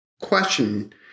question